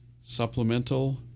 Supplemental